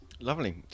Lovely